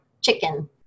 chicken